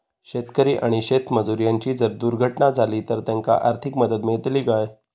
शेतकरी आणि शेतमजूर यांची जर दुर्घटना झाली तर त्यांका आर्थिक मदत मिळतली काय?